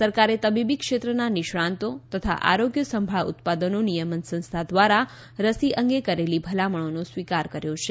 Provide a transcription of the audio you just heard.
સરકારે તબીબી ક્ષેત્રના નિષ્ણાંતો તથા આરોગ્ય સંભાળ ઉત્પાદનો નિયમન સંસ્થા દ્વારા રસી અંગે કરેલી ભલામણોનો સ્વીકાર કર્યો છે